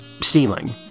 stealing